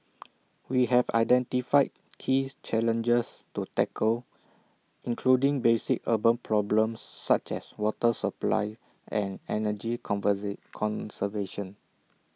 we have identified keys challenges to tackle including basic urban problems such as water supply and energy converse conservation